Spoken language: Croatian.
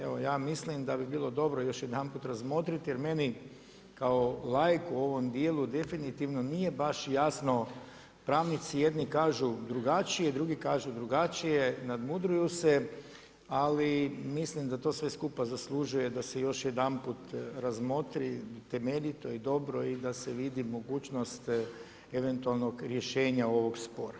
Evo ja mislim da bi bilo dobro još jedanput jer meni kao laiku u ovom djelu, definitivno nije baš jasno, pravnici jednu kažu drugačije, drugi kažu drugačije, nadmudruju se, ali mislim da to sve skupa zaslužuje da se još jedanput razmotri temeljito i dobro i da se vidi mogućnost eventualnog rješenja ovog spora.